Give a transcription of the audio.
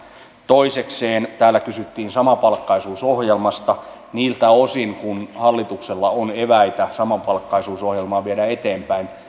toisekseen täällä kysyttiin samapalkkaisuusohjelmasta niiltä osin kuin hallituksella on eväitä samapalkkaisuusohjelmaa viedä eteenpäin